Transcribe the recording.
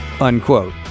unquote